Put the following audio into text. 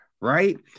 right